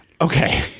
Okay